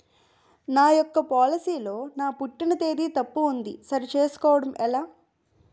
నా యెక్క పోలసీ లో నా పుట్టిన తేదీ తప్పు ఉంది సరి చేసుకోవడం ఎలా?